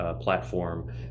platform